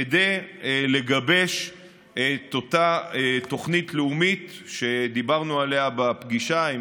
כדי לגבש את אותה תוכנית לאומית שדיברנו עליה בפגישה עם